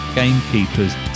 gamekeepers